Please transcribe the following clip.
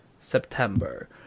September